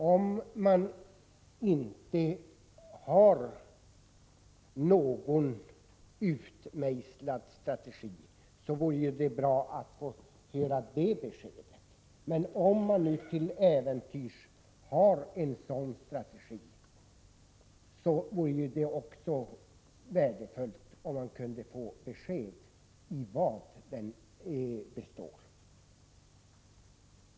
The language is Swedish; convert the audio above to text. Om man inte har någon utmejslad strategi, vore det bra att få det beskedet, och om man till äventyrs har en sådan strategi vore det värdefullt att få besked om vari den består.